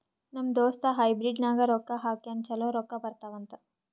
ನಮ್ ದೋಸ್ತ ಹೈಬ್ರಿಡ್ ನಾಗ್ ರೊಕ್ಕಾ ಹಾಕ್ಯಾನ್ ಛಲೋ ರೊಕ್ಕಾ ಬರ್ತಾವ್ ಅಂತ್